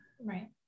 right